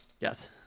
Yes